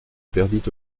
perdit